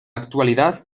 actualidad